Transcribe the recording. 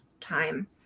time